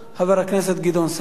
חבר הכנסת גדעון סער.